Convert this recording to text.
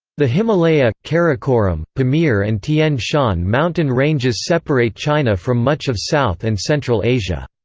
the himalaya, karakoram, pamir and tian shan mountain ranges separate china from much of south and central asia.